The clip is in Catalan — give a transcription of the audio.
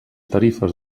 tarifes